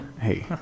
Hey